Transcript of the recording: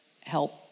help